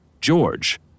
George